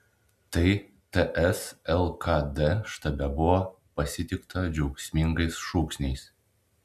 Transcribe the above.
tai ts lkd štabe buvo pasitikta džiaugsmingais šūksniais